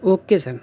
okay sir